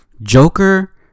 joker